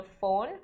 phone